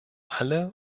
alle